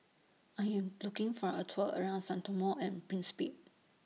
I Am looking For A Tour around Sao Tome and Principe